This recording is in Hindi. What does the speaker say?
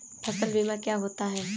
फसल बीमा क्या होता है?